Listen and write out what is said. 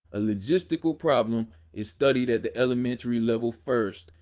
a logistical problem is studied at the elementary level first,